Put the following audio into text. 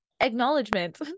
acknowledgement